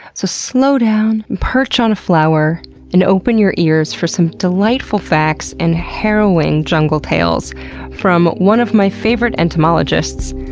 so slow down, perch on a flower and open your ears for some delightful facts and harrowing jungle tales from one of my favorite entomologists,